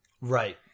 Right